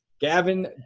Gavin